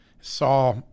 saw